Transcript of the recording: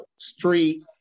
Street